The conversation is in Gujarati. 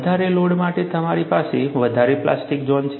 વધારે લોડ માટે તમારી પાસે વધારે પ્લાસ્ટિક ઝોન છે